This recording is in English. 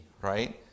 right